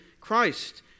Christ